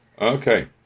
Okay